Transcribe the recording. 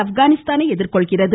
ஆப்கானிஸ்தானை எதிர்கொள்கிறது